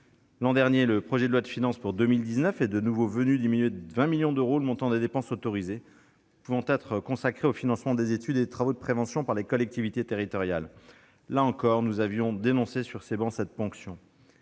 L'an dernier, le projet de loi de finances pour 2019 est de nouveau venu diminuer de 20 millions d'euros le montant des dépenses autorisées pouvant être consacrées au financement des études et des travaux de prévention par les collectivités territoriales. Là encore, nous avions dénoncé cette ponction